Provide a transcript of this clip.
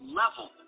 level